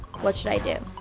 what should i do?